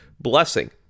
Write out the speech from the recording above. blessing